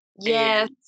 yes